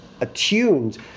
attuned